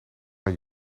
haar